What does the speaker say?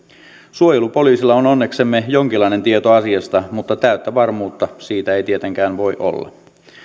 suojelupoliisilla on onneksemme jonkinlainen tieto asiasta mutta täyttä varmuutta siitä ei tietenkään voi olla